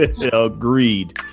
Agreed